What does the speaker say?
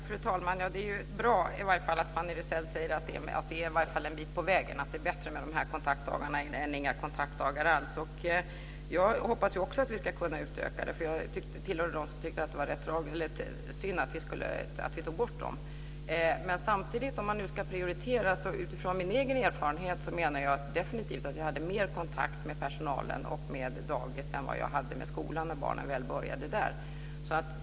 Fru talman! Det är bra att Fanny Rizell i alla fall säger att det är en bit på väg, att det är bättre med dessa kontaktdagar än inga kontaktdagar alls. Jag hoppas också att vi ska kunna utöka det, eftersom jag tillhörde dem som tyckte att det var synd att vi tog bort dem. Men om man ska prioritera så menar jag utifrån min egen erfarenhet att jag hade mer kontakt med personalen på dagis än vad jag hade med skolan när barnen väl började där.